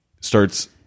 starts